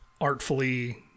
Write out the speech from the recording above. artfully